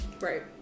Right